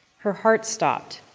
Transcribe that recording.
her heart stopped.